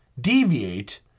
deviate